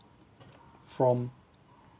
from